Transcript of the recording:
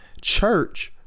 church